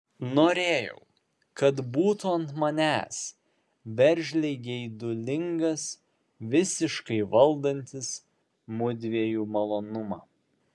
norėjau kad būtų ant manęs veržliai geidulingas visiškai valdantis mudviejų malonumą